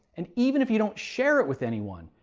and even if you don't share it with anyone,